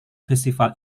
festival